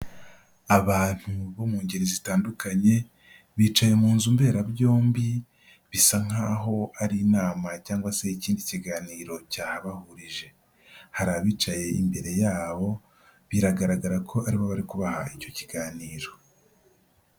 Abantu bo mu ngeri zitandukanye bicaye mu nzu mberabyombi bisa nkaho ari inama cyangwa se ikindi kiganiro cyahabahurije. Hari abicaye imbere yabo biragaragara ko ari bo bari kubaha icyo kiganiro.